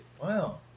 Wow